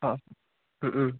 অঁ